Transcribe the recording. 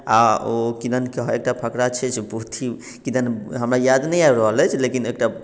आओर ओ किदन एकटा फकड़ा छै जे पो किदन हमरा याद नहि आबि रहल अछि लेकिन एकटा